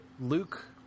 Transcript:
Luke